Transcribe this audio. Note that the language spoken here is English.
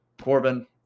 Corbin